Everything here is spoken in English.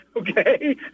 okay